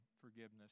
forgiveness